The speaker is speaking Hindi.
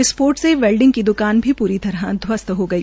विस्फोट में वेल्डिंग की द्रकान भी प्री तरह ध्वस्त हो गई